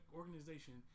organization